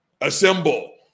Assemble